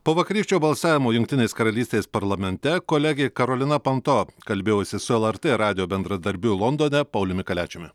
po vakarykščio balsavimo jungtinės karalystės parlamente kolegė karolina panto kalbėjosi su lrt radijo bendradarbiu londone pauliumi kaliačiumi